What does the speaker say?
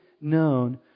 known